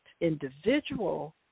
individual